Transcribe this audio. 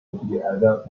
بیادب